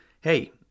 Hey